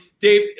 Dave